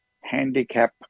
handicap